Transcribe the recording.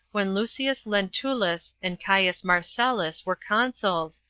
when lucius lentulus and caius marcellus were consuls,